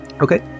Okay